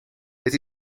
het